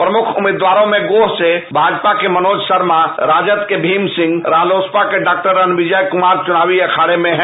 प्रमुख उम्मीदवारों में गोह से भाजपा के मनोज शर्मा राजद के भीम सिंह रालोसपा के डॉ रणविजय कुमार चुनायी अखांठे में हैं